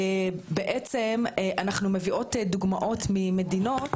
בעצם אנחנו מביאות דוגמאות ממדינות,